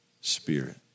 spirit